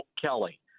Kelly